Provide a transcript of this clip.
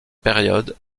période